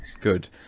good